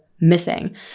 missing